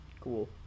cool